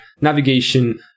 navigation